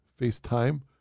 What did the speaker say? FaceTime